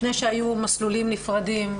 לפני שהיו מסלולים נפרדים,